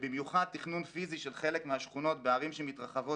ובמיוחד תכנון פיזי של חלק מהשכונות בערים שמתרחבות